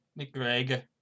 McGregor